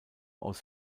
aus